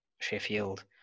Sheffield